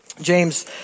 James